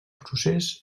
procés